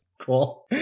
Cool